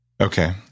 Okay